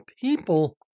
people